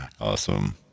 awesome